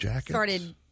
started